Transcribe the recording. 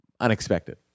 unexpected